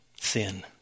sin